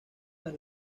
las